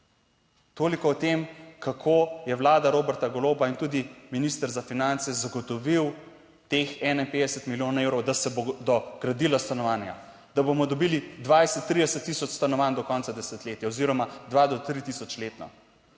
Toliko o tem, kako je Vlada Roberta Goloba in tudi minister za finance zagotovil teh 51 milijonov evrov, da se bodo gradila stanovanja, da bomo dobili 20, 30 tisoč stanovanj do konca desetletja oziroma 2 do 3000 letno.